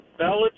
Belichick